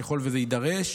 ככל שזה יידרש.